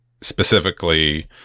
specifically